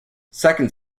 second